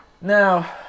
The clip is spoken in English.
Now